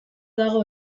dago